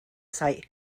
site